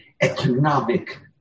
economic